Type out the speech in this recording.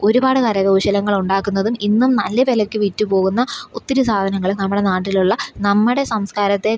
ഒരുപാട് കരകൗശലങ്ങളുണ്ടാക്കുന്നതും ഇന്നും നല്ല വിലയ്ക്ക് വിറ്റു പോകുന്ന ഒത്തിരി സാധനങ്ങളും നമ്മുടെ നാട്ടിലുള്ള നമ്മുടെ സംസ്കാരത്തെ